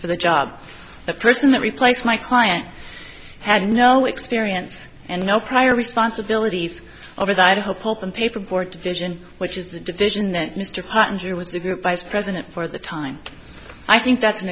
for the job the person that replaced my client had no experience and no prior responsibilities over the idaho pulp and paper board division which is the division that mr partner was the group vice president for the time i think that's an